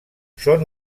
són